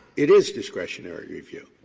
it is discretionary review?